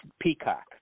Peacock